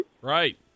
Right